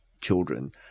children